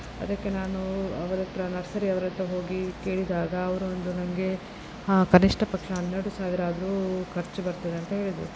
ಅದಕ್ಕೆ ನಾನು ಅವರ ಹತ್ರ ನರ್ಸರಿ ಅವರ ಹತ್ರ ಹೋಗಿ ಕೇಳಿದಾಗ ಅವರೊಂದು ನನಗೆ ಹಾ ಕನಿಷ್ಠ ಪಕ್ಷ ಹನ್ನೆರಡು ಸಾವಿರ ಆದರೂ ಖರ್ಚು ಬರ್ತದೆ ಅಂತ ಹೇಳಿದರು